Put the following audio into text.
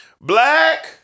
Black